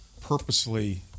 purposely